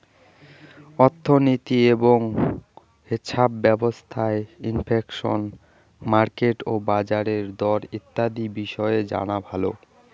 অর্থনীতি এবং হেছাপ ব্যবস্থার ইনফ্লেশন, মার্কেট বা বাজারের দর ইত্যাদি বিষয় জানা ভালো